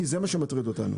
כי זה מה שמטריד אותנו.